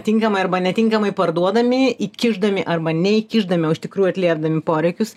tinkamai arba netinkamai parduodami įkišdami arba neįkišdami iš tikrųjų atlėpdami poreikius